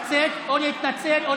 או לצאת.